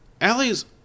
Allie's